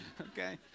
okay